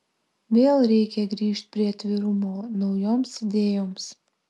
vėl reikia grįžt prie atvirumo naujoms idėjoms